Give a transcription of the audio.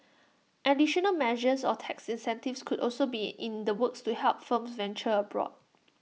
additional measures or tax incentives could also be in the works to help firms venture abroad